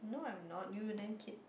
no I'm not you then kid